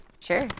Sure